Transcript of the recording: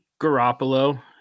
garoppolo